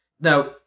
now